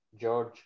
George